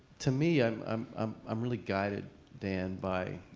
to me, i'm um um i'm really guided then by,